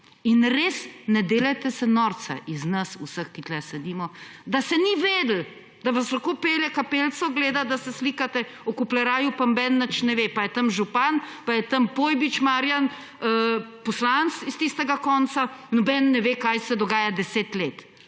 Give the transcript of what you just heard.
in res, ne delajte se norca iz nas vseh, ki tu sedimo, da se ni vedelo. Da vas lahko pelje kapelico gledat, da se slikate, o kupleraju pa nobeden nič ne ve, pa je tam župan pa je tam Marijan Pojbič, poslanec s tistega konca, nobeden ne ve, kaj se dogaja 10 let.